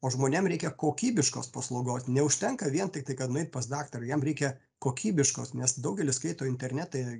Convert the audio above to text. o žmonėm reikia kokybiškos paslaugos neužtenka vien tik tiktai kad nueit pas daktarą jam reikia kokybiškos nes daugelis skaito internete